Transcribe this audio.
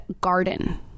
garden